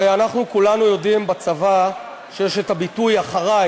הרי אנחנו כולנו יודעים שבצבא יש את הביטוי "אחרי",